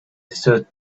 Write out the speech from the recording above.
stood